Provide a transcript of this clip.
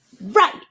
Right